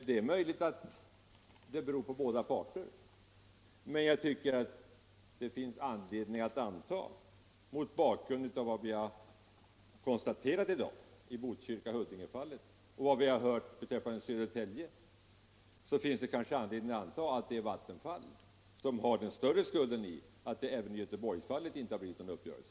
Det är möjligt att det beror på båda parter, men jag tycker att det mot bakgrunden av vad vi konstaterat i Botkyrka-Huddinge-fallet och vad vi hört beträffande Södertälje kanske finns anledning att anta att det är Vattenfall som har den större skulden till att det inte heller i Göteborgsfallet har blivit någon uppgörelse.